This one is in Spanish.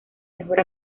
mejor